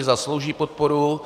Zaslouží podporu.